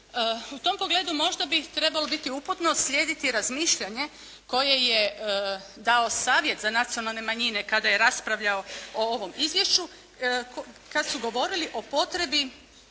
U tom pogledu možda bi trebalo biti uputno slijediti razmišljanje koje je dao Savjet za nacionalne manjine kada je raspravljao o ovom izvješću, kad su govorili o potrebi